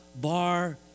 bar